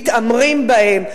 מתעמרים בהם,